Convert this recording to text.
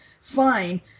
fine